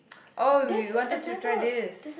oh we wanted to try this